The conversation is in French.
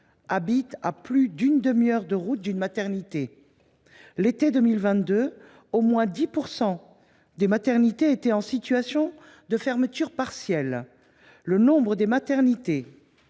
habitent à plus d’une demi heure de route d’une maternité. Durant l’été 2022, au moins 10 % des maternités étaient en situation de fermeture partielle. Le nombre de ces